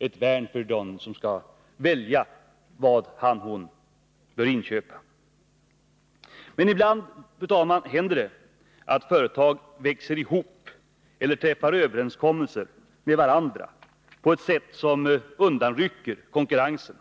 Men ibland, fru talman, händer det också i Sverige att företag växer ihop eller träffar överenskommelser med varandra på ett sätt som undanrycker konkurrensen